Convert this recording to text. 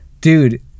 Dude